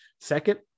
second